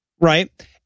Right